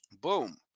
Boom